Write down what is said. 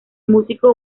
músico